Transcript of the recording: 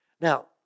Now